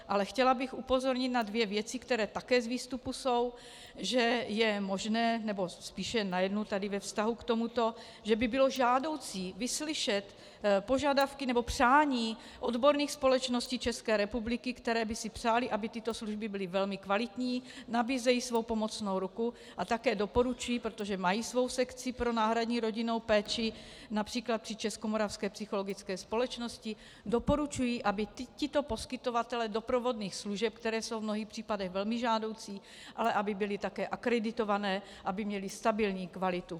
Ale chtěla bych upozornit na dvě věci, které také z výstupu jsou, že je možné, nebo spíše najednou tady ve vztahu k tomuto, že by bylo žádoucí vyslyšet požadavky, nebo přání odborných společností České republiky, které by si přály, aby tyto služby byly velmi kvalitní, nabízejí svou pomocnou ruku a také doporučují, protože mají svou sekci pro náhradní rodinnou péči, např. při Českomoravské psychologické společnosti, doporučují, aby tito poskytovatelé doprovodných služeb, které jsou v mnohých případech velmi žádoucí, ale aby byly také akreditované, aby měly stabilní kvalitu.